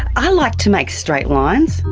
i like to make straight lines,